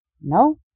No